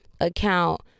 account